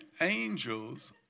angels